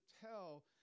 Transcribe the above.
tell